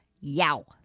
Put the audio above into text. Yow